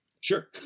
sure